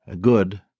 good